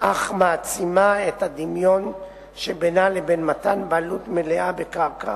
אך מעצימה את הדמיון שבינה לבין מתן בעלות מלאה בקרקע,